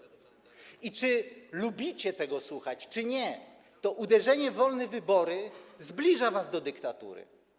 I czy lubicie tego słuchać, czy nie, to uderzenie w wolne wybory zbliża was do dyktatury.